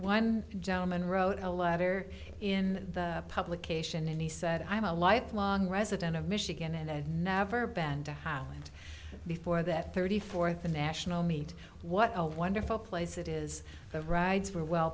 one gentleman wrote a letter in the publication and he said i'm a lifelong resident of michigan and i've never been to holland before that thirty fourth the national meet what a wonderful place it is the rides were well